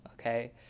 okay